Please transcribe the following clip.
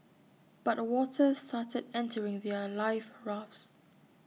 but water started entering their life rafts